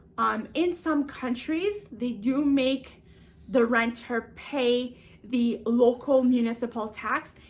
um in some countries, they do make the renter pay the local municipal tax.